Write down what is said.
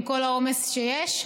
עם כל העומס שיש,